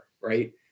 right